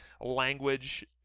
language